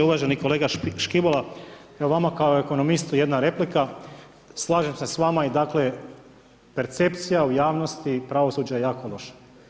Uvaženi kolega Škibola, evo vama kao ekonomistu jedna replika, slažem se s vama i dakle percepcija u javnosti i pravosuđe je jako loša.